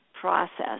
process